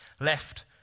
left